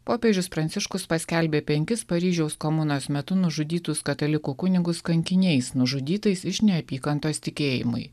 popiežius pranciškus paskelbė penkis paryžiaus komunos metu nužudytus katalikų kunigus kankiniais nužudytais iš neapykantos tikėjimui